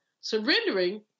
surrendering